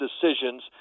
decisions